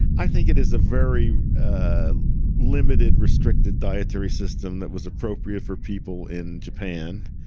i think it is a very ah limited, restricted dietary system that was appropriate for people in japan.